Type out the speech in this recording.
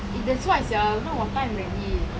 that's why sia don't know what time already